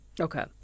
Okay